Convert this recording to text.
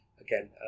again